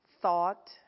thought